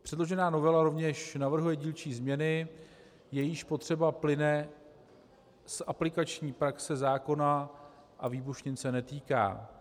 Předložená novela rovněž navrhuje dílčí změny, jejichž potřeba plyne z aplikační praxe zákona a výbušnin se netýká.